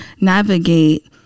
navigate